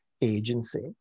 agency